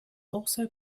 also